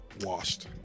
Washed